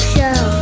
Show